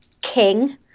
king